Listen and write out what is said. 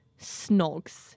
snogs